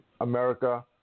America